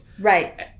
Right